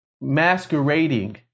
masquerading